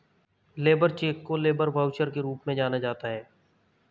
labour cheque को labour voucher के रूप में भी जाना जाता है